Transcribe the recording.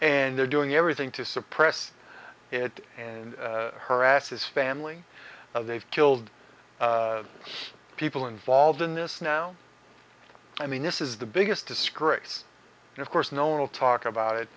and they're doing everything to suppress it and harass his family of they've killed people involved in this now i mean this is the biggest disgrace and of course no one will talk about it